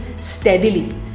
steadily